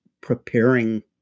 preparing